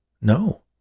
No